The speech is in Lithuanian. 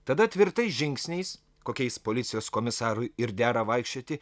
tada tvirtais žingsniais kokiais policijos komisarui ir dera vaikščioti